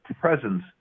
presence